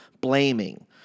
Blaming